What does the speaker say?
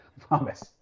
promise